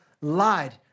lied